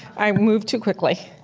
i moved too quickly.